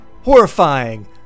Horrifying